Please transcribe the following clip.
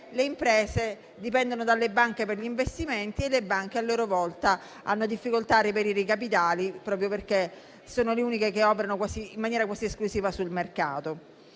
le imprese dipendono dalle banche per gli investimenti e le banche, a loro volta, hanno difficoltà a reperire i capitali in quanto sono le uniche che operano in maniera quasi esclusiva sul mercato.